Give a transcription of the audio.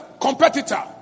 competitor